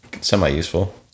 semi-useful